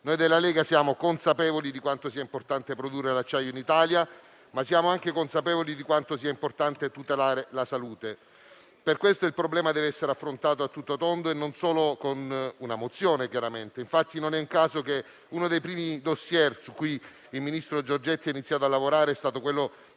Noi della Lega siamo consapevoli di quanto sia importante produrre acciaio in Italia, ma siamo anche consapevoli di quanto sia importante tutelare la salute. Per questo motivo, il problema dev'essere affrontato a tutto tondo e, chiaramente, non solo con una mozione. Non è infatti un caso che uno dei primi *dossier* su cui il ministro Giorgetti ha iniziato a lavorare sia stato quello